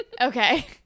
Okay